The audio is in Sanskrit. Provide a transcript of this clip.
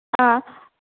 आम्